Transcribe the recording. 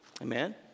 Amen